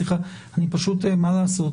זה פשוט ה- long covid